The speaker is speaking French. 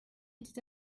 était